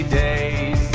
days